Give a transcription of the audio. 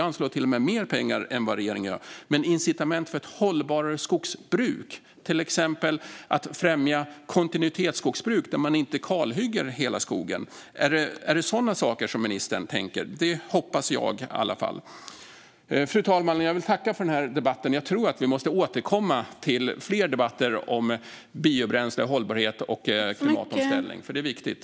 Vi anslår till och med mer pengar än vad regeringen gör. Incitament för ett hållbarare skogsbruk är till exempel att främja kontinuitetsskogbruk där man inte kalhugger hela skogen. Är det sådana saker som ministern tänker sig? Det hoppas jag i varje fall. Fru talman! Jag vill tacka för debatten. Jag tror att vi måste återkomma i fler debatter om biobränsle, hållbarhet och klimatomställning, för det är viktigt.